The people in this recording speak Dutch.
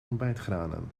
ontbijtgranen